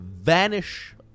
vanish